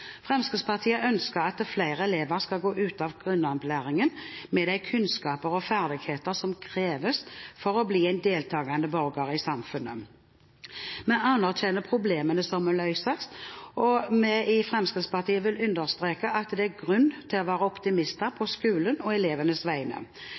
Fremskrittspartiet ønsker at flere elever skal gå ut av grunnopplæringen med de kunnskaper og ferdigheter som kreves for å bli en deltakende borger i samfunnet. Vi anerkjenner problemene som må løses, og vi i Fremskrittspartiet vil understreke at det er grunn til å være optimister på skolens og elevenes vegne.